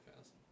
fast